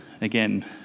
Again